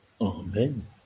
Amen